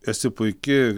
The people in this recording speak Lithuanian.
esi puiki